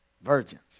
Virgins